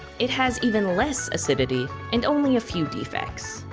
it has even less acidity and only a few defects.